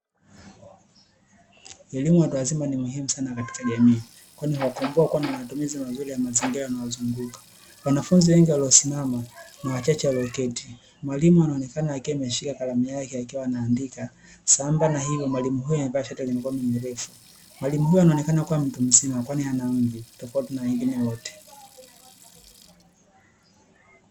Elimu ya watu wazima ni muhimu katika jamii kwani huwakomboa kuwa na matumizi mazuri ya mazingira yanayowazunguka wanafunzi wengi waliosimama na wachache walio keti, mwalimu akionekana ameshika karamu yake akiwa anaandika, sambamba na hilo amevaa shati la mikono mirefu, mwalimu huyo akionekana kuwa mtu mzima kwani ana mvi tofauti na wengine wote.